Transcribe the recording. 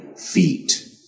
feet